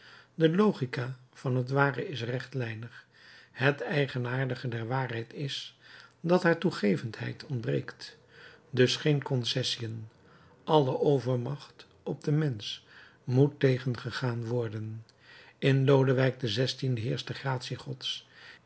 de logica van het ware is rechtlijnig het eigenaardige der waarheid is dat haar toegevendheid ontbreekt dus geen concessiën alle overmacht op den mensch moet tegengegaan worden in lodewijk xvi heerscht de gratie gods